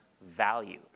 value